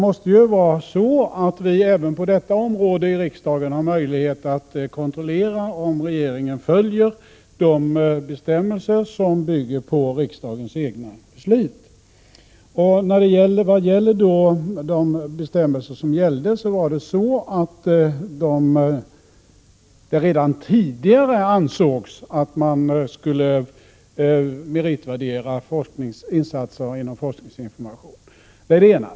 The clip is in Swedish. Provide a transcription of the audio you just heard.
Granskyung YST Vi måste även på det här området i riksdagen ha möjlighet att kontrollera rådens tjänsteutövning Beträffande de bestämmelser som gällde vill jag säga att det redan tidigare MSE VEEN ansågs att man skulle meritvärdera insatser inom forskningsinformation. Det FE är det ena.